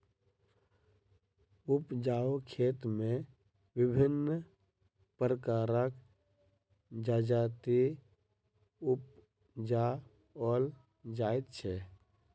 उपजाउ खेत मे विभिन्न प्रकारक जजाति उपजाओल जाइत छै